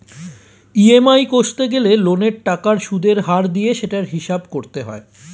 EMI কষতে গেলে লোনের টাকার সুদের হার দিয়ে সেটার হিসাব করতে হয়